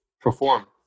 perform